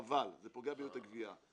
חבל, זה פוגע ביעילות הגבייה.